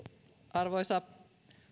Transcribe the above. arvoisa